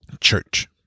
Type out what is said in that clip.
church